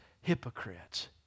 hypocrites